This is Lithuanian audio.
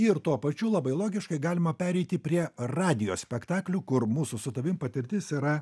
ir tuo pačiu labai logiškai galima pereiti prie radijo spektaklių kur mūsų su tavim patirtis yra